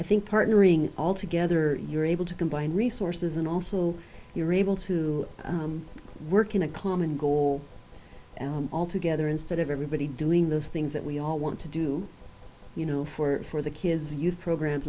i think partnering all together you're able to combine resources and also you're able to work in a common goal all together instead of everybody doing those things that we all want to do you know for the kids and youth programs